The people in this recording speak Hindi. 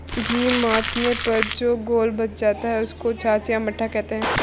घी मथने पर जो घोल बच जाता है, उसको छाछ या मट्ठा कहते हैं